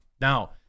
Now